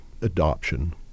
adoption